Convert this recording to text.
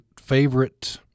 favorite